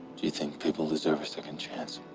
you think people deserve a second chance?